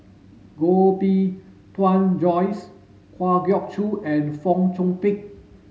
Koh Bee Tuan Joyce Kwa Geok Choo and Fong Chong Pik